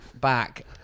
back